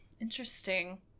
Interesting